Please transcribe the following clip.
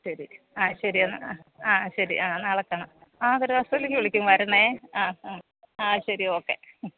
ആ ശരി ആ ശരി എന്നാൽ ആ ശരി ആ നാളെ കാണാം ആ പെരവാസ്തുലിക്ക് വിളിക്കും വരണേ ആ ആ ആ ശരി ഓക്കേ